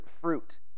fruit